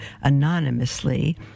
anonymously